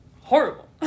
horrible